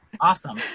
Awesome